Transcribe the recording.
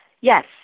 Yes